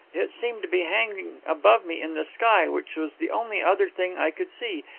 it seemed to be hanging above me in the sky, which was the only other thing i could see,